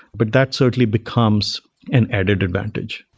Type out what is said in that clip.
but that certainly becomes an added advantage.